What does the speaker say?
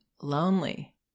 Lonely